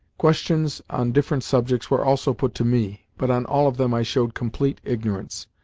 questions on different subjects were also put to me, but on all of them i showed complete ignorance,